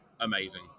amazing